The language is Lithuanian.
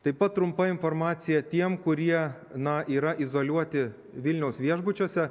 taip pat trumpa informacija tiem kurie na yra izoliuoti vilniaus viešbučiuose